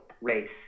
race